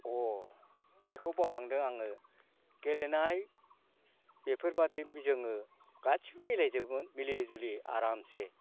अ बेखौ बावलांदो आङो गेलेनाय बेफोरबायदि जोङो गासैबो मिलायजोबोमोन मिलि जुलि आरामसे